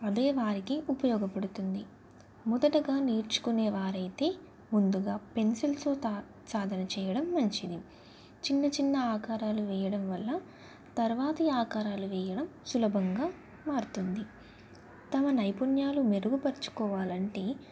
అదే వారికి ఉపయోగపడుతుంది మొదటగా నేర్చుకునే వారు అయితే ముందుగా పెన్సిల్స్తో తా సాధన చేయడం మంచిది చిన్న చిన్న ఆకారాలు వేయడం వల్ల తర్వాత ఆకారాలు వేయడం సులభంగా మారుతుంది తమ నైపుణ్యాలు మెరుగుపరుచుకోవాలి అంటే